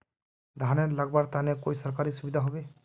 धानेर लगवार तने कोई सरकारी सुविधा होबे?